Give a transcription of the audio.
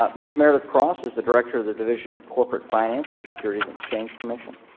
ah ms. meredith cross is the director of the division of corporate finance at the securities and exchange commission.